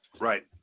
Right